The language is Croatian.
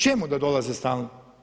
Čemu da dolaze stalno?